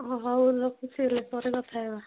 ହ ହଉ ରଖୁଛି ପରେ କଥା ହେବା